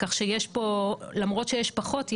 כך שלמרות שיש פחות,